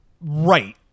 Right